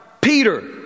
Peter